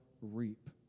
reap